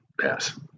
Pass